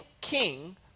king